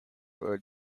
would